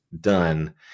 done